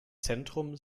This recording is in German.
zentrum